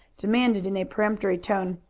demanded, in a peremptory tone,